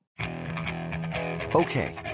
Okay